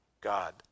God